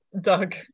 doug